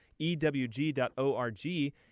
ewg.org